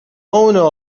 owner